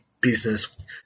business